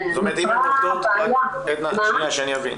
עדנה, שאני אבין.